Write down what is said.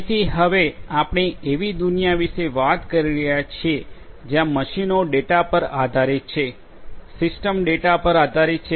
તેથી હવે આપણે એવી દુનિયા વિશે વાત કરી રહ્યા છીએ જ્યાં મશીનો ડેટા પર આધારિત છે સિસ્ટમ્સ ડેટા પર આધારિત છે